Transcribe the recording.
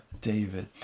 David